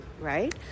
right